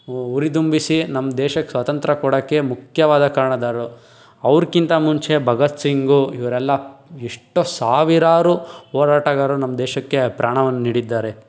ಹುರಿದುಂಬಿಸಿ ನಮ್ಮ ದೇಶಕ್ಕೆ ಸ್ವಾತಂತ್ರ್ಯ ಕೊಡೋಕ್ಕೆ ಮುಖ್ಯವಾದ ಕಾರಣದಾರರು ಅವ್ರಿಗಿಂತ ಮುಂಚೆ ಭಗತ್ ಸಿಂಗ್ ಇವರೆಲ್ಲ ಎಷ್ಟೋ ಸಾವಿರಾರು ಹೋರಾಟಗಾರು ನಮ್ಮ ದೇಶಕ್ಕೆ ಪ್ರಾಣವನ್ನು ನೀಡಿದ್ದಾರೆ